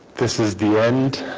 this is the end